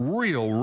real